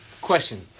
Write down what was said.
Question